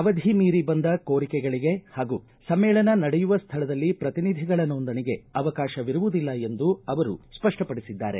ಅವಧಿ ಮೀರಿ ಬಂದ ಕೋರಿಕೆಗಳಿಗೆ ಹಾಗೂ ಸಮ್ಮೇಳನ ನಡೆಯುವ ಸ್ಥಳದಲ್ಲಿ ಪ್ರತಿನಿಧಿಗಳ ನೋಂದಣಿಗೆ ಅವಕಾಶವಿರುವುದಿಲ್ಲ ಎಂದು ಅವರು ಸ್ಪಷ್ಟ ಪಡಿಸಿದ್ದಾರೆ